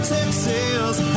Texas